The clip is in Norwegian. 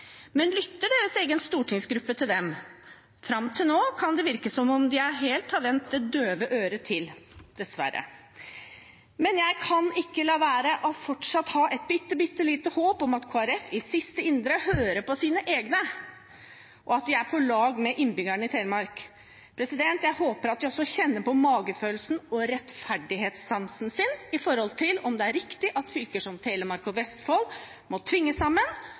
Men lytter deres egen stortingsgruppe til dem? Fram til nå kan det virke som om de helt har vendt det døve øret til, dessverre. Men jeg kan ikke la være fortsatt å ha et bitte lite håp om at Kristelig Folkeparti i siste indre hører på sine egne, og at de er på lag med innbyggerne i Telemark. Jeg håper at de også kjenner på magefølelsen og rettferdighetssansen sin med tanke på om det er riktig at fylker som Telemark og Vestfold må tvinges sammen,